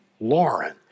Lauren